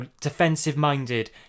defensive-minded